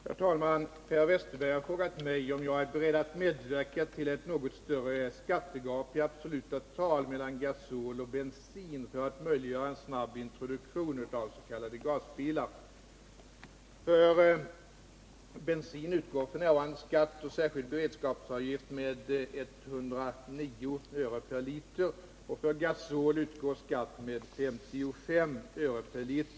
Herr talman! Per Westerberg har frågat mig om jag är beredd att medverka till ett något högre skattegap i absoluta tal mellan gasol och bensin för att möjliggöra en snabb introduktion av s.k. gasbilar. För bensin utgår f. n. skatt och särskild beredskapsavgift med 109 öre per liter. För gasol utgår skatt med 55 öre per liter.